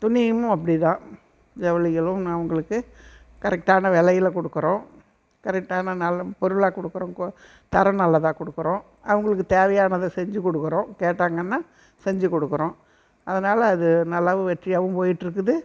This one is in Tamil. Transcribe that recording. துணியும் அப்படி தான் ஜவுளிகளும் என்ன அவர்களுக்கு கரெக்டான வெலையில் கொடுக்குறோம் கரெக்டான நல்ல பொருளாக கொடுக்குறோம் கோ தரம் நல்லதாக கொடுக்குறோம் அவர்களுக்கு தேவையானதை செஞ்சு கொடுக்குறோம் கேட்டாங்கன்னால் செஞ்சு கொடுக்குறோம் அதனால அது நல்லாவும் வெற்றியாகவும் போயிகிட்ருக்குது